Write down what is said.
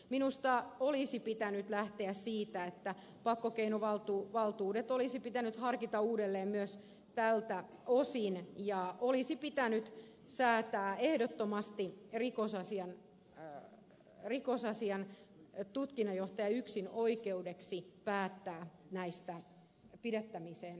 minusta olisi pitänyt lähteä siitä että pakkokeinovaltuudet olisi pitänyt harkita uudelleen myös tältä osin ja olisi pitänyt säätää ehdottomasti rikosasian tutkinnanjohtajan yksinoikeudeksi päättää näistä pidättämiseen oikeuttamisista